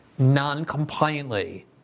non-compliantly